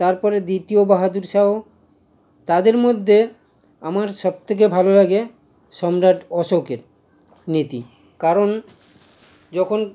তারপরে দ্বিতীয় বাহাদুর শাহ তাদের মধ্যে আমার সবথেকে ভালো লাগে সম্রাট অশোকের নীতি কারণ যখন